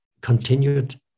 continued